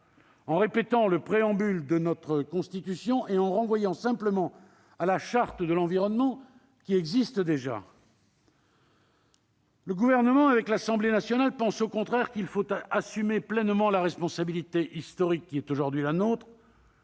en répétant le préambule de notre Constitution et en renvoyant simplement à la Charte de l'environnement, qui existe déjà. Le Gouvernement et l'Assemblée nationale pensent au contraire qu'il faut assumer pleinement la responsabilité historique qui est aujourd'hui la nôtre